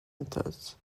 methods